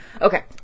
Okay